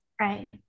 Right